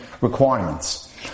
requirements